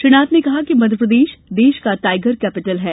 श्री नाथ ने कहा कि मध्यप्रदेश देश का टाइगर कैपिटल है